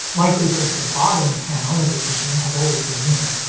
likely since the bottom panel of this machine has always been missing.